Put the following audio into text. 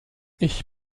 ich